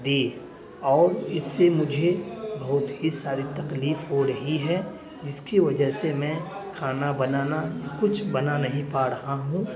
دیں اور اس سے مجھے بہت ہی ساری تکلیف ہو رہی ہے جس کی وجہ سے میں کھانا بنانا کچھ بنا نہیں پا رہا ہوں